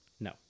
No